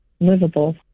livable